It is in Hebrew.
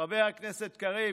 חבר הכנסת קריב,